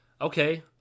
Okay